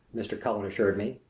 mr. cullen assured me.